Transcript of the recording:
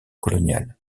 colonial